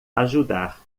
ajudar